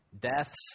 Deaths